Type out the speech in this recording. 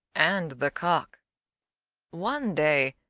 and the cock one day,